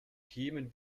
kämen